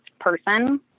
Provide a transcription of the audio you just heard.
person